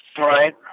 Right